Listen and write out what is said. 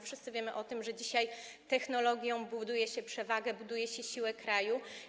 Wszyscy wiemy o tym, że dzisiaj technologią buduje się przewagę, buduje się siłę kraju.